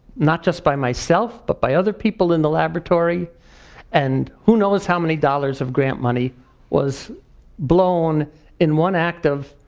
not just by myself, but by other people in the laboratory and who knows how many dollars of grant money was blown in one act of